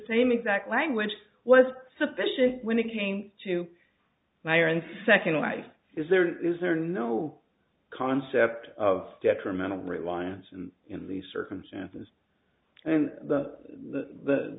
same exact language was sufficient when it came to wire and second life is there is there no concept of detrimental reliance and in these circumstances and the